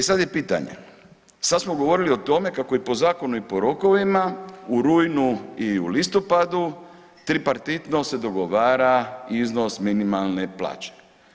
E sad je pitanje, sad smo govorili o tome kako je po zakonu i po rokovima u rujnu i u listopadu tripartitno se dogovara iznos minimalne plaće.